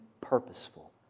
purposeful